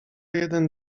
jeden